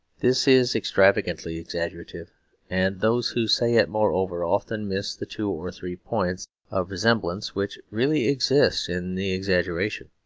this is extravagantly exaggerative and those who say it, moreover, often miss the two or three points of resemblance which really exist in the exaggeration.